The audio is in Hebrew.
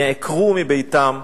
נעקרו מביתם,